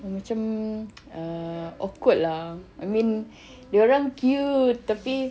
macam ah awkward lah I mean dia orang cute tapi